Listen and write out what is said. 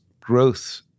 growth